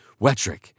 Wetrick